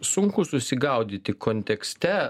sunku susigaudyti kontekste